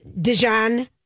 Dijon